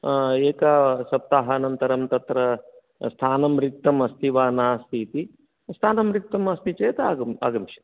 एकसप्ताहानन्तरं तत्र स्थानं रिक्तम् अस्ति वा नास्ति इति स्थानं रिक्तम् अस्ति चेत् आग आगमिष्यति